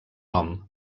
nom